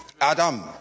Adam